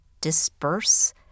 disperse